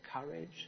courage